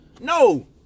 No